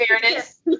fairness